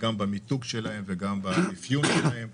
במיקוד שלהם ובאפיון שלהם.